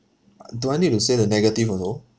do I need to say the negative or no